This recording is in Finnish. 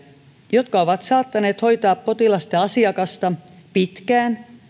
jotka ovat saattaneet hoitaa potilasta ja asiakasta pitkään